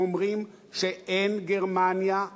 שאומרים שאין גרמניה,